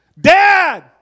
dad